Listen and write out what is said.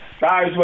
guys